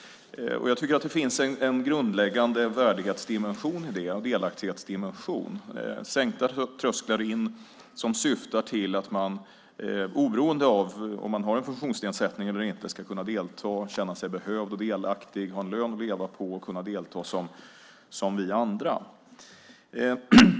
Jag tycker att det finns en grundläggande värdighetsdimension i det och en delaktighetsdimension. Det handlar om sänkta trösklar in som syftar till att man oberoende av om man har en funktionsnedsättning eller inte ska kunna delta, känna sig behövd och delaktig, ha en lön att leva på och kunna delta som vi andra.